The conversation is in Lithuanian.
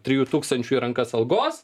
trijų tūkstančių į rankas algos